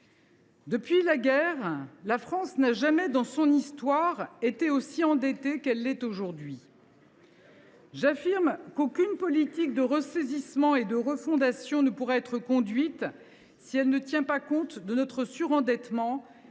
Depuis la guerre, la France n’a jamais été aussi endettée qu’elle l’est aujourd’hui. J’affirme qu’aucune politique de ressaisissement et de refondation ne pourra être conduite si elle ne tient pas compte de notre surendettement